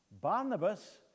Barnabas